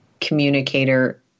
communicator